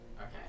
Okay